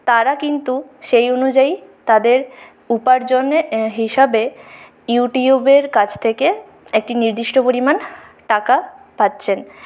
তারা কিন্তু সেই অনুযায়ী তাদের উপার্জন হিসাবে ইউটিউবের কাছ থেকে একটি নির্দিষ্ট পরিমাণ টাকা পাচ্ছেন